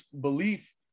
belief